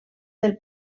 del